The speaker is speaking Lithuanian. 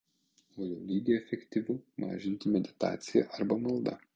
o jo lygį efektyvu mažinti meditacija arba malda